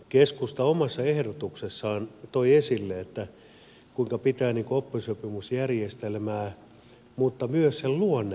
keskusta omassa ehdotuksessaan toi esille kuinka pitää oppisopimusjärjestelmää mutta myös sen luonnetta muuttaa